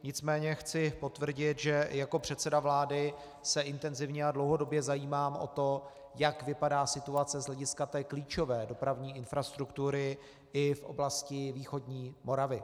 Nicméně chci potvrdit, že jako předseda vlády se intenzivně a dlouhodobě zajímám o to, jak vypadá situace z hlediska té klíčové dopravní infrastruktury i v oblasti východní Moravy.